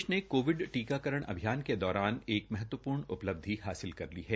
देश ने कोविड टीकाकरण अभियान के दौरान एक महत्वपूर्ण उपलब्धि हासिल कर ली है